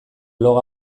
blog